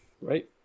right